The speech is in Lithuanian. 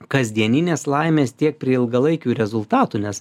kasdieninės laimės tiek prie ilgalaikių rezultatų nes